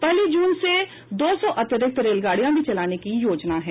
पहली जून से दो सौ अतिरिक्त रेलगाड़ियां भी चलाने की योजना है